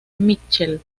mitchell